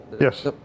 Yes